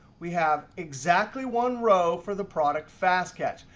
we have exactly one row for the product fast catch.